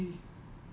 !huh! stay in